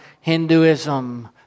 Hinduism